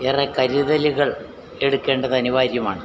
ഏറെ കരുതലുകൾ എടുക്കേണ്ടത് അനിവാര്യമാണ്